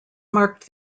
marked